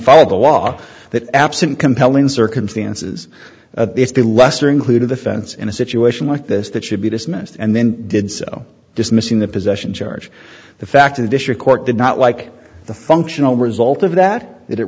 followed the law that absent compelling circumstances if the lesser included offense in a situation like this that should be dismissed and then did so dismissing the possession charge the fact of the district court did not like the functional result of that